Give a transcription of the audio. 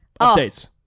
updates